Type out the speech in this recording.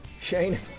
Shane